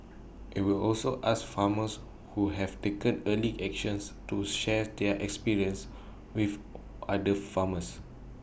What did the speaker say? IT will also ask farmers who have taken early actions to share their experience with other farmers